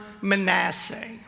Manasseh